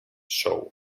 show